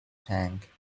tank